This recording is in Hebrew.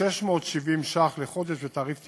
ו-670 ש"ח לחודש בתעריף טיפולי,